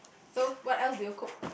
so what else do you cook